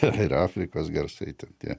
ten ir afrikos garsai ten tie